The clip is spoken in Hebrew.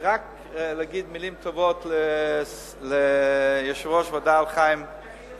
רק להגיד מלים טובות על יושב-ראש הוועדה, חיים כץ.